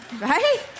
right